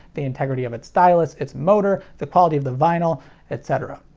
the integrity of its stylus, it's motor, the quality of the vinyl etc.